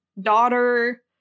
daughter